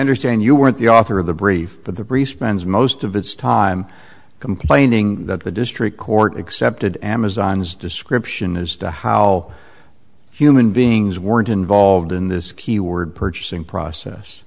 understand you weren't the author of the brief but the priest spends most of its time complaining that the district court accepted amazon's description as to how human beings weren't involved in this keyword purchasing process